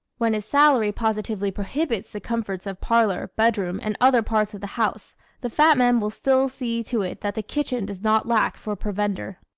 when his salary positively prohibits the comforts of parlor, bedroom and other parts of the house the fat man will still see to it that the kitchen does not lack for provender.